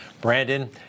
Brandon